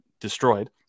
destroyed